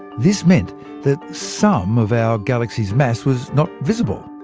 this meant that some of our galaxy's mass was not visible.